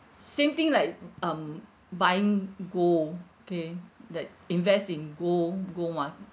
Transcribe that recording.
same thing like um buying gold ~ K that invest in gold gold market